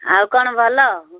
ଆଉ କଣ ଭଲ